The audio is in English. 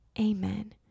Amen